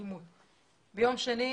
ביום שני,